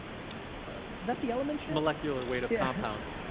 that the element shit? molecular weight of yeah compounds.